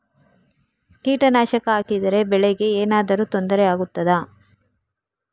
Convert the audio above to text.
ಕೀಟನಾಶಕ ಹಾಕಿದರೆ ಬೆಳೆಗೆ ಏನಾದರೂ ತೊಂದರೆ ಆಗುತ್ತದಾ?